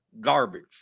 garbage